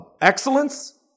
excellence